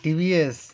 TVS